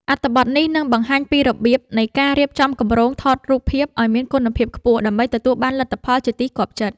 អត្ថបទនេះនឹងបង្ហាញពីរបៀបនៃការរៀបចំគម្រោងថតរូបភាពឱ្យមានគុណភាពខ្ពស់ដើម្បីទទួលបានលទ្ធផលជាទីគាប់ចិត្ត។